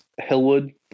Hillwood